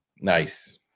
Nice